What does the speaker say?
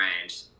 range